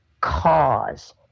cause